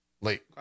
late